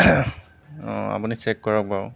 আপুনি চেক কৰক বাৰু